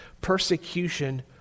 Persecution